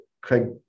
Craig